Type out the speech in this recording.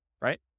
right